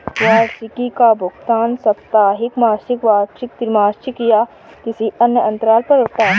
वार्षिकी का भुगतान साप्ताहिक, मासिक, वार्षिक, त्रिमासिक या किसी अन्य अंतराल पर होता है